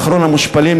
כאחרון המושפלים,